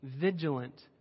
vigilant